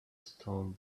stone